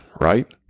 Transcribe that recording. right